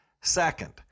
Second